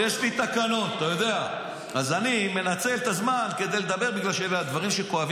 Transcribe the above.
אתה יודע שאני אומר את מה שאני חושב